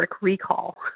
recall